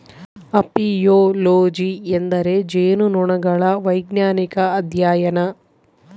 apiology ಎಂದರೆ ಜೇನುನೊಣಗಳ ವೈಜ್ಞಾನಿಕ ಅಧ್ಯಯನ